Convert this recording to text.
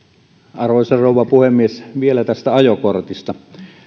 arvoisa rouva puhemies vielä tästä ajokortista